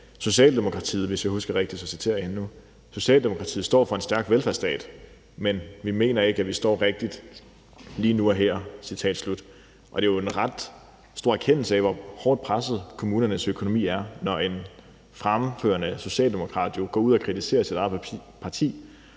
Socialdemokratiet står for en stærk velfærdsstat, men vi mener ikke, at vi står rigtigt lige nu og her. Citat slut. Det er jo en ret stor erkendelse af, hvor hårdt presset kommunernes økonomi er, når en førende socialdemokrat går ud og kritiserer sit eget parti.